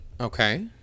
Okay